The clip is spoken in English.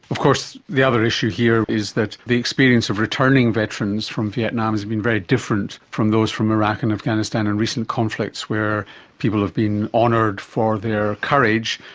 of course the other issue here is that the experience of returning veterans from vietnam has been very different from those from iraq and afghanistan and recent conflicts where people have been ah honoured for their courage,